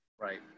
Right